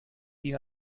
din